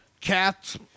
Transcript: cats